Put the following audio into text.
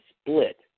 split